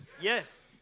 Yes